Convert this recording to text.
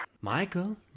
Michael